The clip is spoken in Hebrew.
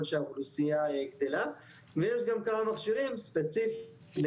שהאוכלוסייה גדלה ויש גם כמה מכשירים ספציפיים\